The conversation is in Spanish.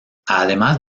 además